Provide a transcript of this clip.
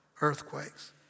earthquakes